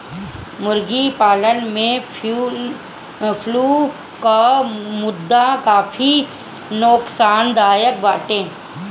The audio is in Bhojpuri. मुर्गी पालन में फ्लू कअ मुद्दा काफी नोकसानदायक बाटे